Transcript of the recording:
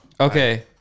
Okay